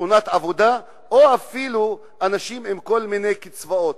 תאונות עבודה, או אפילו אנשים עם כל מיני קצבאות